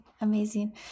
Amazing